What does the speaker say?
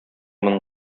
моның